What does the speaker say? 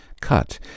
cut